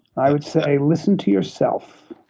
i would say listen to yourself,